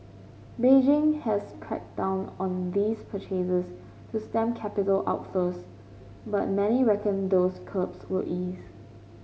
Beijing has cracked down on these purchases to stem capital outflows but many reckon those curbs will ease